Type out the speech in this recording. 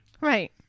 right